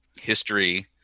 history